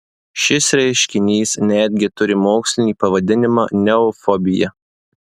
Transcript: šis reiškinys netgi turi mokslinį pavadinimą neofobija